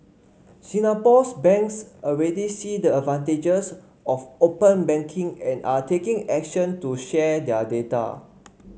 Singapore's banks already see the advantages of open banking and are taking action to share their data